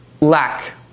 lack